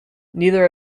neither